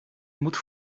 moet